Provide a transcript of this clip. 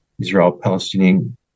Israel-Palestinian